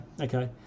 okay